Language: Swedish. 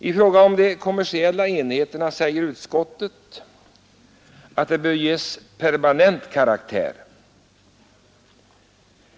I fråga om de kommersiella enheterna säger utskottet att ”de bör ges permanent karaktär.